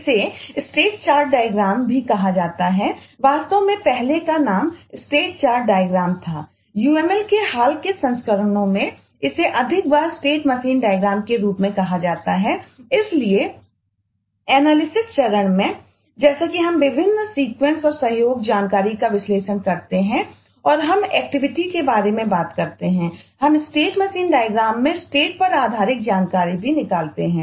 इसे state chart diagram पर आधारित जानकारी भी निकालते हैं